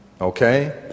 Okay